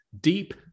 deep